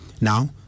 Now